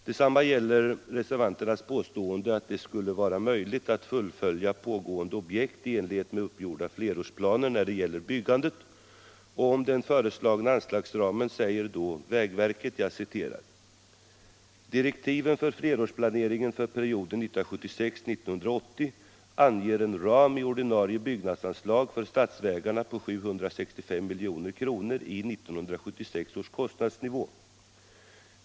Detsamma gäller reservanternas påstående, att det skulle vara möjligt att fullfölja pågående objekt i enlighet med uppgjorda flerårsplaner när det gäller byggandet. Om den föreslagna anslagsramen säger vägverket: års kostnadsnivå.